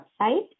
website